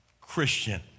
Christian